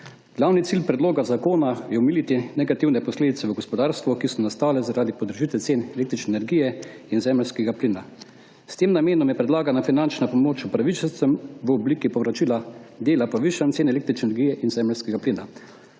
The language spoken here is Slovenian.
Glavni cilj predloga zakona je omiliti negativne posledice v gospodarstvu, ki so nastale zaradi podražitve cen električne energije in zemeljskega plina. S tem namenom je predlagana finančna pomoč upravičencem v obliki povračila dela povišanj cen električne energije in zemeljskega plina.